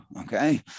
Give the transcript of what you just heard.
okay